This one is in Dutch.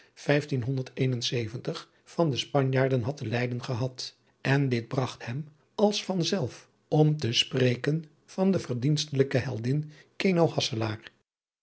van de spanjaarden had te lijden gehad en dit bragt hem als van zelf om te spreken van de verdienstelijke heldin